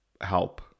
help